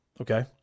okay